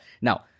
Now